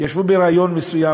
ישבו בריאיון מסוים,